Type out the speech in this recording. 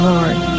Lord